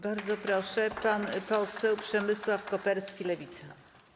Bardzo proszę, pan poseł Przemysław Koperski, Lewica.